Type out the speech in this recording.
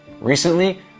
Recently